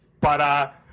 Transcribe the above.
para